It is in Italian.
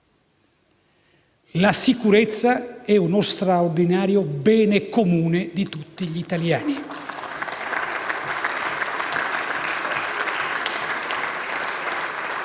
La sicurezza è uno straordinario bene comune di tutti gli italiani.